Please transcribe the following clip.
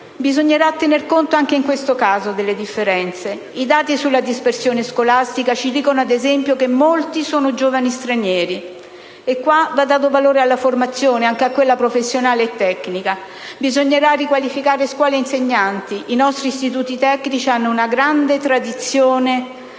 Bisognerà tener conto anche in questo caso delle differenze. I dati sulla dispersione scolastica ci dicono, ad esempio, che molti sono giovani stranieri; e sotto questo profilo va dato valore alla formazione, anche a quella professionale e tecnica. Occorrerà riqualificare scuole ed insegnanti. I nostri istituti tecnici hanno una grande tradizione